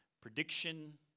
prediction